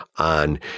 on